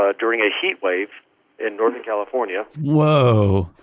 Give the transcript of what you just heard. ah during a heat wave in northern california whoa.